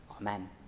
amen